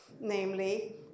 namely